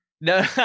no